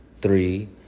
three